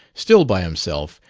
still by himself,